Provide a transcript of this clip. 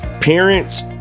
parents